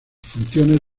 funciones